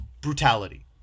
brutality